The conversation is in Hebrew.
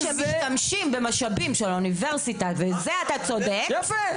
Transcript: שמשתמשים במשאבים של האוניברסיטה וזה אתה צודק --- יפה.